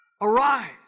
arise